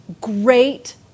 great